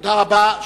תודה רבה.